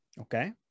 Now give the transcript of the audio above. Okay